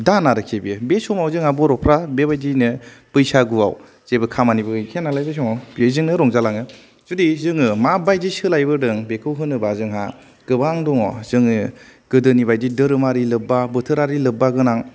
दान आरिखि बियो बेसमाव जोंहा बर'फ्रा बेबायदिनो बैसागुयाव जेबो खामानिबो गैखाया नालाय बेसमाव बेजोंनो रंजालांयो जुदि जोंयो माबायदि सोलायबोदों बेखौ होनोबा जोंहा गोबां दङ जोङो गोदोनि बायदि धोरोमारि लोब्बा बोथोरारि लोब्बा गोनां